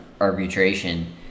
arbitration